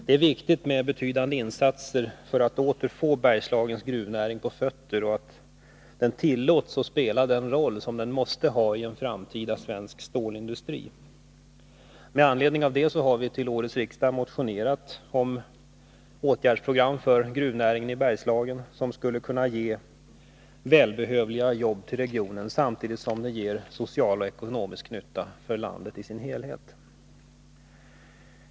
Det är viktigt med betydande insatser för att åter få Bergslagens gruvnäring på fötter och för att den skall tillåtas spela den roll som den måste ha i en framtida svensk stålindustri. Med anledning av detta har vi till innevarande riksmöte motionerat om ett åtgärdsprogram för gruvnäringen i Bergslagen som skulle kunna ge välbehövliga jobb i regionen samtidigt som det ger social och ekonomisk nytta för landet i dess helhet.